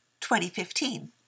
2015